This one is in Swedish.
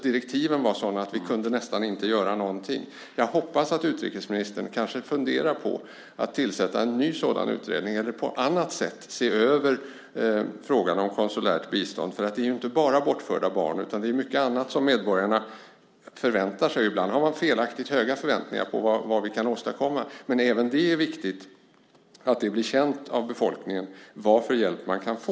Direktiven var sådana att vi nästan inte kunde göra någonting. Jag hoppas att utrikesministern kanske funderar på att tillsätta en ny sådan utredning eller på annat sätt se över frågan om konsulärt bistånd. Det handlar ju inte bara om bortförda barn, utan det är mycket annat som medborgarna förväntar sig. Ibland har man felaktigt höga förväntningar på vad vi kan åstadkomma, men just därför är det också viktigt att det blir känt av befolkningen vad för hjälp man kan få.